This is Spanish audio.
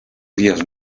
días